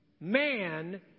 man